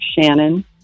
Shannon